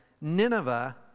Nineveh